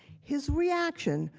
his reaction,